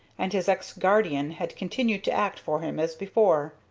and his ex-guardian had continued to act for him as before.